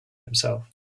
himself